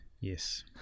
Yes